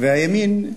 והימין,